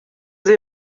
sie